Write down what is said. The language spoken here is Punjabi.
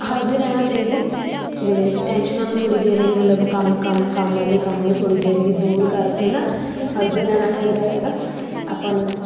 ਹੱਸਦੇ ਰਹਿਣਾ ਚਾਹੀਦਾ ਜਿਵੇਂ ਟੈਂਸ਼ਨਾਂ ਨੂੰ ਥੋੜ੍ਹੀ ਦੇਰ ਲਈ ਮਤਲਬ ਕੰਮ ਕੰਮ ਕੰਮ ਵਾਲੇ ਕੰਮ ਨੂੰ ਥੋੜ੍ਹੀ ਦੇਰ ਲਈ ਦੂਰ ਕਰਕੇ ਨਾ ਹੱਸਦੇ ਰਹਿਣਾ ਚਾਹੀਦਾ ਹੈਗਾ ਆਪਾਂ ਨੂੰ